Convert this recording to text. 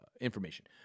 information